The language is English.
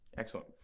Excellent